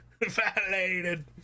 Violated